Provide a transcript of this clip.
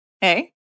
Hey